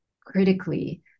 critically